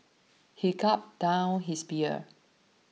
he gulped down his beer